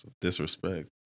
Disrespect